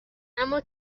اما